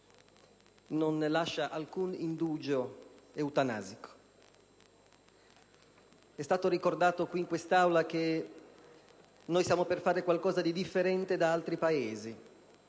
non lascia alcun indugio eutanasico. È stato ricordato in quest'Aula che noi stiamo per fare qualcosa di differente da altri Paesi.